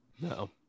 No